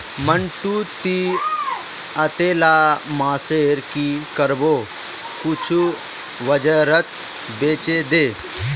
मंटू, ती अतेला बांसेर की करबो कुछू बाजारत बेछे दे